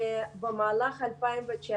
ביולי 2019